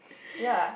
ya